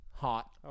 hot